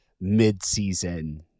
mid-season